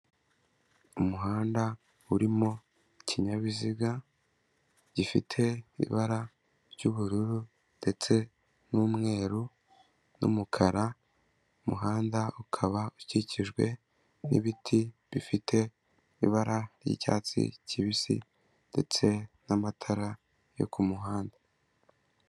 Umuhanda urimo ikinyabiziga gifite ibara ry'ubururu ndetse n'umweru n'umukara, umuhanda ukaba ukikijwe n'ibiti bifite ibara ry'icyatsi kibisi ndetse n'amatara yo ku muhanda.